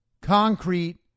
concrete